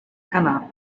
anna